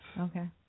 Okay